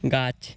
গাছ